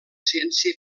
ciència